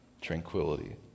tranquility